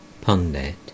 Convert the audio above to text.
Pundit